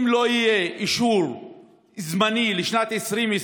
אם לא יהיה אישור זמני לשנת 2020,